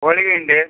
വൊളിഗെ ഉണ്ട്